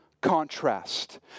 contrast